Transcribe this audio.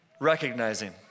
recognizing